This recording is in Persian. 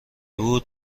بود